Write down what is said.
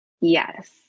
Yes